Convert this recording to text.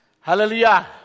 Hallelujah